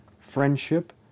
friendship